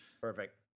Perfect